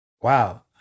wow